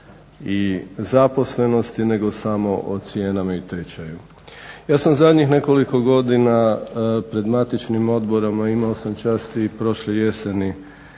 i zaposlenosti nego samo o cijenama i tečaju. Ja sam zadnjih nekoliko godina pred matičnim odborom imao sam čast i prošle jeseni